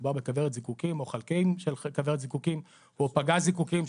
מדובר בכוורת זיקוקין או חלקים של כוורת זיקוקין או פגז זיקוקין,